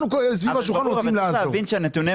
כולנו סביב השולחן רוצים לעזור.